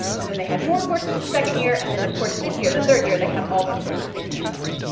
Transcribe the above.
and then they had more courses the second year, and then of course this year, the third year, they have all their courses in canvas.